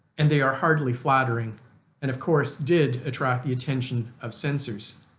and they are hardly flattering and of course did attract the attention of censors.